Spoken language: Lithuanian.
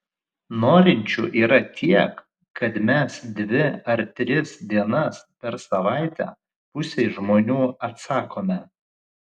norinčių yra tiek kad mes dvi ar tris dienas per savaitę pusei žmonių atsakome